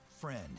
friend